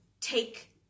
take